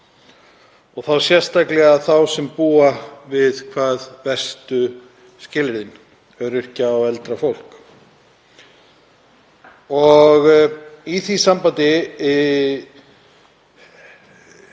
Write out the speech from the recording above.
og þá sérstaklega þá sem búa við hvað verstu skilyrðin, öryrkja og eldra fólk. Í því sambandi langar